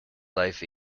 life